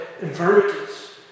infirmities